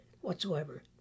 whatsoever